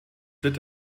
litt